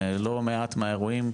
לא מעט מהאירועים,